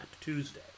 tuesday